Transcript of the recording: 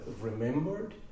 remembered